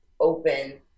open